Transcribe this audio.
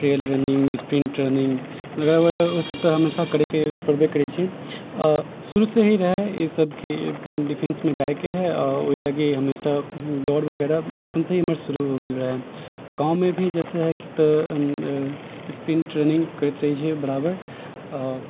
trail running sprint running मतलब ओसभ तऽ हमेशा करबे करै छी आ शुरूसँ ही रहए ईसभके डिफेन्समे जायके हइ ओहि लागी हमेशा दौड़ वगैरह बचपनसँ ही हमर शुरू हो गेल रहय तऽ गाँवमे भी जैसे हइ कि तऽ स्प्रिंट ट्रेनिंग करैत रहै छी बराबर आ